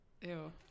Ew